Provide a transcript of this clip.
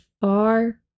far